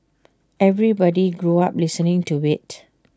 everybody grew up listening to IT